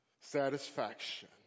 satisfaction